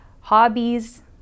hobbies